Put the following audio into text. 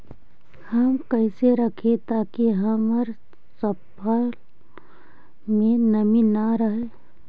हम कैसे रखिये ताकी हमर फ़सल में नमी न रहै?